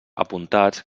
apuntats